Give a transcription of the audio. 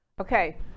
okay